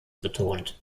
betont